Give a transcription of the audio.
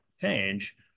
change